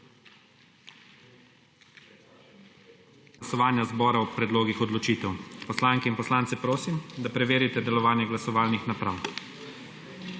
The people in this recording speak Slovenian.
glasovanje zbor o predlogih odločitev. Poslanke in poslance prosim, da preverite delovanje glasovalnih naprav.